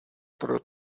pro